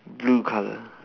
blue colour